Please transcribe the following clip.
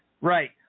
Right